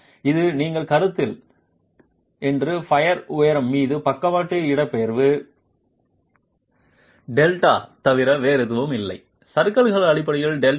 இது நீங்கள் கருத்தில் என்று பையர் உயரம் மீது பக்கவாட்டு இடப்பெயர்வு Δ தவிர வேறு எதுவும் இல்லை சறுக்கல் அடிப்படையில் Δh